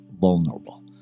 vulnerable